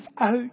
out